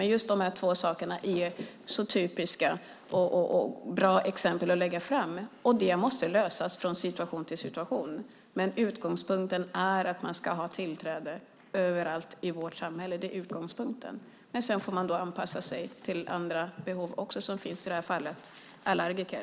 Men just de här två sakerna är så typiska och bra exempel att lägga fram. Det hela måste lösas från situation till situation. Utgångspunkten är att man ska ha tillträde överallt i vårt samhälle. Sedan får man anpassa sig till andra behov som finns - i det här fallet allergiker.